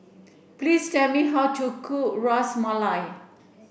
please tell me how to cook Ras Malai